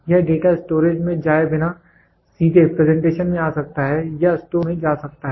यह data storage में जाए बिना सीधे प्रेजेंटेशन में आ सकता है या स्टोर में जा सकता है